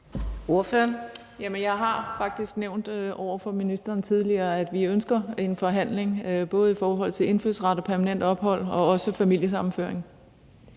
Jeg har faktisk nævnt over for ministeren tidligere, at vi ønsker en forhandling både i forhold til indfødsret og permanent ophold og også i forhold til familiesammenføring.